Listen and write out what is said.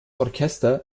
orchester